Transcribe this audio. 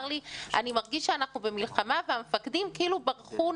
לי: אני מרגיש שאנחנו במלחמה והמפקדים כאילו ברחו,